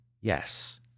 yes